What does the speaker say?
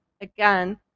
again